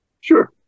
Sure